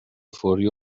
فوری